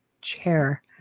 chair